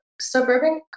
suburban